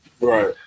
Right